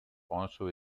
also